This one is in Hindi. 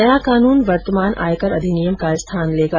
नया कानून वर्तमान आयकर अधिनियम का स्थान लेगा